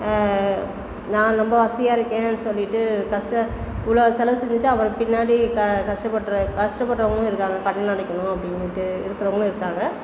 நான் ரொம்ப வசதியாக இருக்கேன் சொல்லிட்டு கஷ்டம் இவ்வளோ செலவு செஞ்சுட்டு அப்புறம் பின்னாடி க கஷ்டப்படுத்துகிற கஷ்டப்படுறவங்களும் இருக்காங்க கடன் அடைக்கணும் அப்படின்னிட்டு இருக்கிறவங்களும் இருக்காங்க